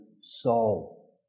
soul